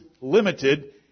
limited